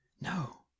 no